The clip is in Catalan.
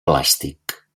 plàstic